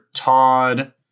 Todd